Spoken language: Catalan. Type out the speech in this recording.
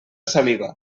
saliva